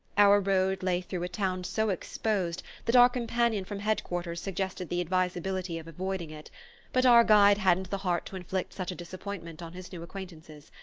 our road lay through a town so exposed that our companion from head-quarters suggested the advisability of avoiding it but our guide hadn't the heart to inflict such a disappointment on his new acquaintances.